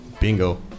bingo